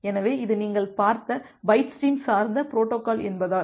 எனவே இது நீங்கள் பார்த்த பைட் ஸ்ட்ரீம் சார்ந்த பொரோட்டோகால் என்பதால்